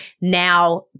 Now